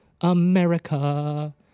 America